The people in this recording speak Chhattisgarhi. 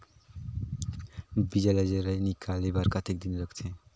बीजा ला जराई निकाले बार कतेक दिन रखथे?